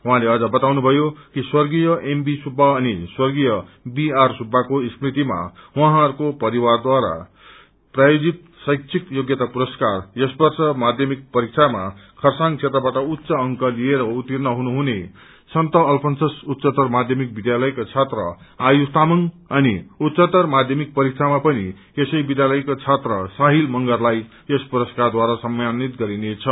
उहाँ अझ बताउनुभयो कि स्वर्गीय एम बी सुब्बा एंव स्वर्गीय बी आर सुब्बाको स्मृतिमा उहाँहरूको परिवारका सदस्यहरूद्वारा प्रायोजित शैक्षिक योग्यता पुरस्कार यस वर्ष माध्यमिक परीक्षामा खरसाङ क्षेत्रबाट उच्च अंक लिएर उर्त्तीण हुनुहुने सन्त अल्फन्सस उच्चतर माध्यमिक विध्यालयका छात्र आयुष तामाङ अनि उच्चतर माध्यमिक परीक्षामा पनि यसै विध्यालयका छात्र शाहिल मंगरलाई यस पुरस्कारद्वारा सम्मानित गरिनेछ